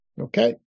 Okay